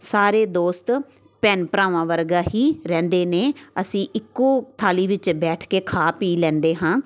ਸਾਰੇ ਦੋਸਤ ਭੈਣ ਭਰਾਵਾਂ ਵਰਗਾ ਹੀ ਰਹਿੰਦੇ ਨੇ ਅਸੀਂ ਇੱਕੋ ਥਾਲੀ ਵਿੱਚ ਬੈਠ ਕੇ ਖਾ ਪੀ ਲੈਂਦੇ ਹਾਂ